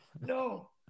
No